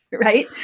Right